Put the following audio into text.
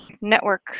network